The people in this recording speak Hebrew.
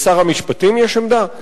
לשר המשפטים יש עמדה?